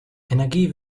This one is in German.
energie